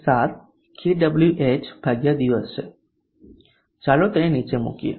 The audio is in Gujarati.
7 કેડબલ્યુએચદિવસ છે ચાલો તેને નીચે મૂકીએ